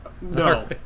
No